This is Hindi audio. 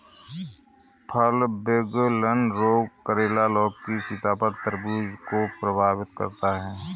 फल विगलन रोग करेला, लौकी, सीताफल, तरबूज को प्रभावित करता है